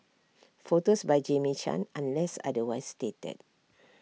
photos by Jamie chan unless otherwise stated